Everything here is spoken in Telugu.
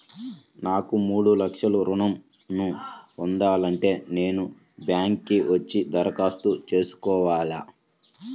నాకు మూడు లక్షలు ఋణం ను పొందాలంటే నేను బ్యాంక్కి వచ్చి దరఖాస్తు చేసుకోవాలా?